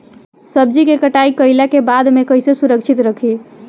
सब्जी क कटाई कईला के बाद में कईसे सुरक्षित रखीं?